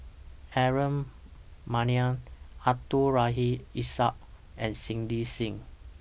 Aaron Maniam Abdul Rahim Ishak and Cindy SIM